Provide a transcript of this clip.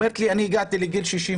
היא אומרת לי: אני הגעתי לגיל 62,